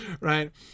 right